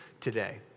today